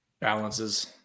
balances